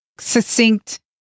succinct